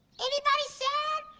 anybody sad?